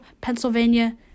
Pennsylvania